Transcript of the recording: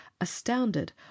astounded